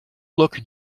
look